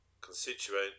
constituent